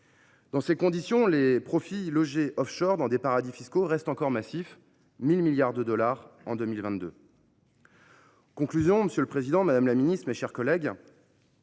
Dans ces conditions, les profits logés offshore, dans des paradis fiscaux, sont encore massifs – 1 000 milliards de dollars en 2022. En conclusion, monsieur le président, madame la secrétaire d’État, mes chers collègues,